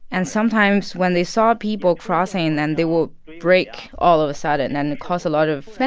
and sometimes, when they saw people crossing, then they would brake all of a sudden and cause a lot of. yeah